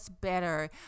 better